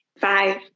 five